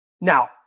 Now